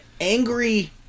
angry